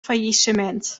faillissement